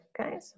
Okay